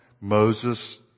Moses